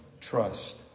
trust